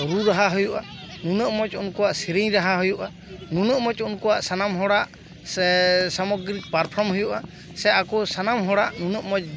ᱨᱩ ᱨᱟᱦᱟ ᱦᱩᱭᱩᱜᱼᱟ ᱱᱩᱱᱟᱹᱜ ᱢᱚᱡᱽ ᱩᱱᱠᱩᱣᱟᱜ ᱥᱮᱨᱮᱧ ᱨᱟᱦᱟ ᱦᱩᱭᱩᱜᱼᱟ ᱱᱩᱱᱟᱹᱜ ᱢᱚᱡᱽ ᱩᱱᱠᱩᱣᱟᱜ ᱥᱟᱱᱟᱢ ᱦᱚᱲᱟᱜ ᱥᱮ ᱥᱟᱢᱚᱜᱨᱤᱠ ᱯᱟᱨᱯᱷᱚᱨᱢ ᱦᱩᱭᱩᱜᱼᱟ ᱥᱮ ᱟᱠᱚ ᱥᱟᱱᱟᱢ ᱦᱚᱲᱟᱜ ᱱᱩᱱᱟᱹᱜ ᱢᱚᱡᱽ